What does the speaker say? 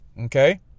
okay